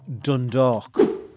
Dundalk